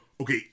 okay